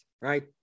Right